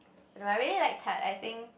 I don't know I really like Tarte I think